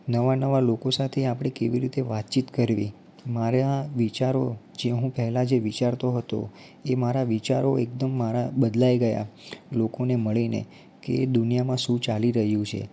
નવા નવા લોકો સાથે આપણે કેવી રીતે વાતચીત કરવી મારે આ વિચારો જે હું પહેલાં જે વિચારતો હતો એ મારા વિચારો એકદમ મારા બદલાઈ ગયા લોકોને મળીને કે દુનિયામાં શું ચાલી રહ્યું છે